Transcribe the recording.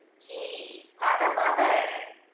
g, mother mother.